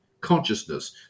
consciousness